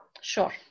Sure